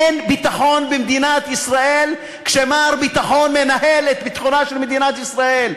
אין ביטחון במדינת ישראל כשמר ביטחון מנהל את ביטחונה של מדינת ישראל.